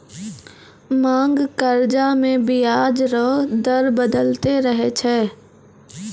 मांग कर्जा मे बियाज रो दर बदलते रहै छै